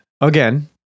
again